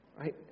Right